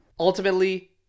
Ultimately